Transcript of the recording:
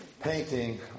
painting